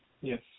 Yes